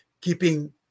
keeping